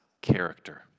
character